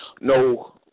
no